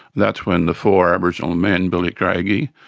that's when the four aboriginal men, billy craigie,